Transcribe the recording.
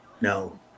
No